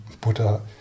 Buddha